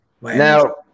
Now